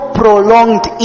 prolonged